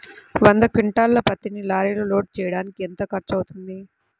వంద క్వింటాళ్ల పత్తిని లారీలో లోడ్ చేయడానికి ఎంత ఖర్చవుతుంది?